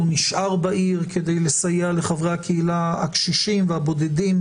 הוא נשאר בעיר כדי לסייע לחברי הקהילה הקשישים והבודדים,